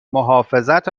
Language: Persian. محافظت